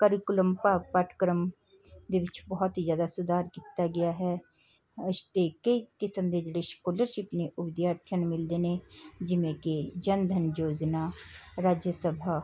curriculum ਭਾਵ ਪਟਕਰਮ ਦੇ ਵਿੱਚ ਬਹੁਤ ਹੀ ਜ਼ਿਆਦਾ ਸੁਧਾਰ ਕੀਤਾ ਗਿਆ ਹੈ ਅਸ਼ ਟੇਕ ਕੇ ਕਿਸਮ ਦੇ ਜਿਹੜੇ ਸਕੋਲਰਸ਼ਿਪ ਨੇ ਉਹ ਵਿਦਿਆਰਥੀਆਂ ਨੂੰ ਮਿਲਦੇ ਨੇ ਜਿਵੇਂ ਕਿ ਜਨ ਧਨ ਯੋਜਨਾ ਰਾਜ ਸਭਾ